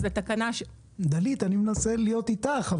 אני מנסה להיות איתך,